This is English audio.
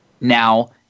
now